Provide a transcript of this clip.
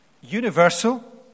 universal